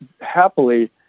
happily